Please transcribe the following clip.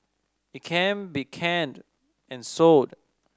it can be canned and sold